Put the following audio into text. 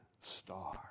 star